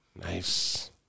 Nice